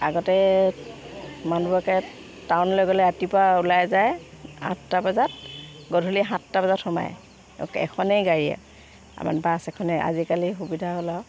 আগতে মানুহবোৰকে টাউনলে গ'লে ৰাতিপুৱা ওলাই যায় আঠটা বজাত গধূলি সাতটা বজাত সোমাই এখনেই গাড়ীয়ে আমাৰ বাছ এখনেই আজিকালি সুবিধা হ'ল আৰু